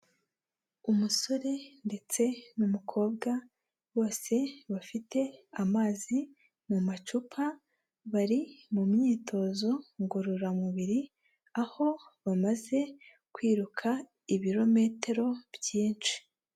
Umusore ndetse n'umukobwa bose bafite amazi mu macupa, bari mu myitozo ngororamubiri, aho bamaze kwiruka ibirometero byinshi.